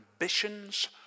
ambitions